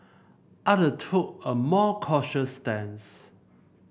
other took a more cautious stance